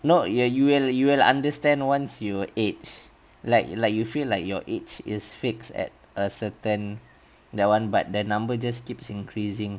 no you you will you will understand once you age like like you feel like your age is fixed at a certain that one but the number just keeps increasing